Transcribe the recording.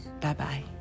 Bye-bye